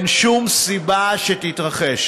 חוק ומשפט להכנה לקריאה ראשונה.